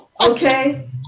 Okay